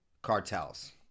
cartels